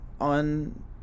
on